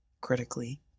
critically